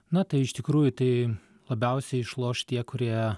na tai iš tikrųjų tai labiausiai išloš tie kurie